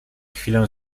chwilę